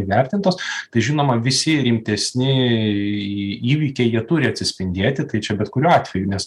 įvertintos tai žinoma visi rimtesni įvykiai jie turi atsispindėti tai čia bet kuriuo atveju nes